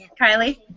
Kylie